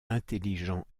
intelligent